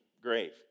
grave